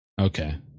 Okay